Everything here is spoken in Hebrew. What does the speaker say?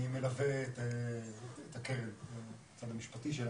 אני מלווה את הקרן מהצד המשפטי שלה.